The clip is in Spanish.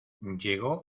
llegó